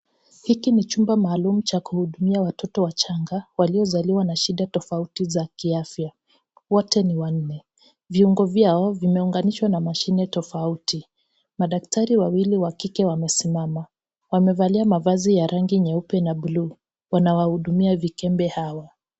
Hiki ni chumba maalum cha kuhudumia watoto wachanga waliozaliwa na shida tofauti za kiafya . Wote ni wanne . Viungo vyao vimeunganishwa na mashine tofauti . Madakatari wawili wa kike wamesimama wamevalia mavazi ya rangi nyeupe na buluu. Wana wahudumia vikembe hawa.